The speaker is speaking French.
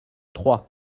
trois